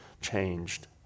changed